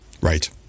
Right